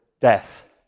death